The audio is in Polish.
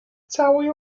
całej